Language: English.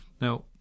Now